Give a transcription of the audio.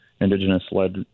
Indigenous-led